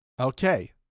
Okay